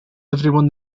everyone